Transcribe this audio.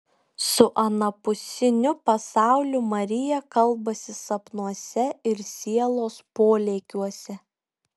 su anapusiniu pasauliu marija kalbasi sapnuose ir sielos polėkiuose